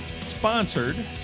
sponsored